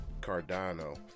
Cardano